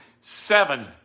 seven